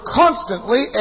constantly